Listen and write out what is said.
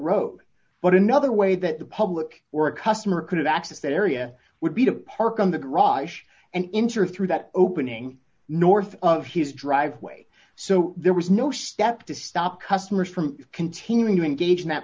road but another way that the public or a customer could access that area would be to park on the garage and interest through that opening north of his driveway so there was no step to stop customers from continuing to engage in that